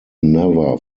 never